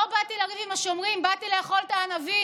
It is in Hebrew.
לא באתי לריב עם השומרים, באתי לאכול את הענבים,